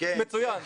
מצוין,